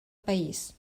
país